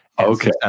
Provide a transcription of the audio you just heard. Okay